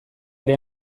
ere